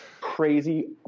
crazy